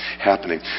happening